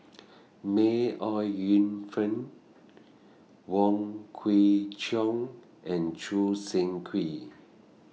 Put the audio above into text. May Ooi Yu Fen Wong Kwei Cheong and Choo Seng Quee